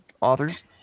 authors